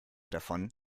davon